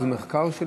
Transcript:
זה ממחקר?